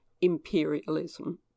Imperialism